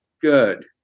Good